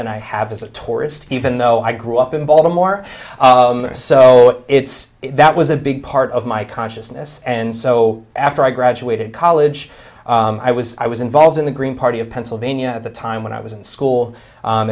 than i have as a tourist even though i grew up in baltimore so it's that was a big part of my consciousness and so after i graduated college i was i was involved in the green party of pennsylvania at the time when i was in school